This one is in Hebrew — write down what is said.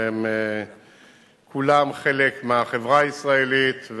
והם כולם חלק מהחברה הישראלית.